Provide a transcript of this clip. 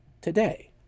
today